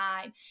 time